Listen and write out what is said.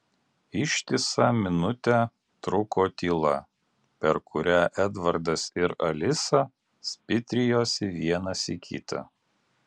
ištisą minutę truko tyla per kurią edvardas ir alisa spitrijosi vienas į kitą